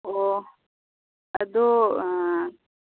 ꯑꯣ ꯑꯗꯣ